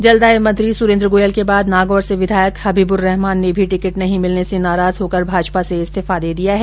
जलदाय मंत्री सूरेन्द्र गोयल के बाद नागौर से विधायक हबीब्रहमान ने भी टिकिट नहीं मिलने से नाराज होकर भाजपा से इस्तीफा दे दिया है